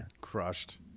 crushed